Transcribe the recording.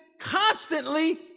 constantly